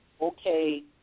Okay